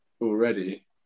already